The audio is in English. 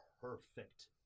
perfect